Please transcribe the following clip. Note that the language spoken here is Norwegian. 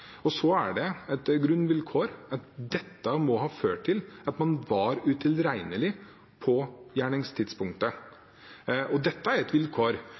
og så er det et grunnvilkår at dette må ha ført til at man var utilregnelig på gjerningstidspunktet. Dette er et vilkår